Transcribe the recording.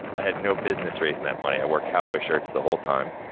i had no business raising that money. i wore cowboy shirts the whole time,